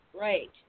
Right